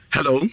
Hello